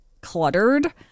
cluttered